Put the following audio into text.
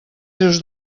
seus